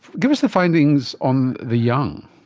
give us the findings on the young.